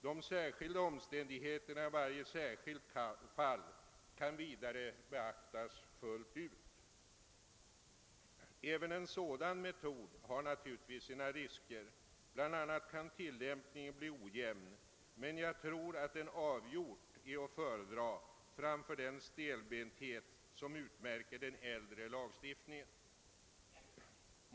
De speciella omständigheterna i varje särskilt fall kan vidare fullt ut beaktas. även en sådan metod har naturligtvis sina risker, bl.a. kan tillämpningen bli ojämn, men jag tror att den avgjort är att föredra framför den stelbenthet som utmärker den äldre lagstiftningen.